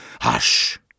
hush